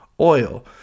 oil